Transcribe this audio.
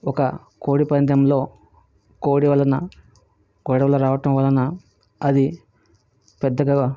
ఒక కోడిపందెంలో కోడి వలన గొడవలు రావటం వలన అది పెద్దగా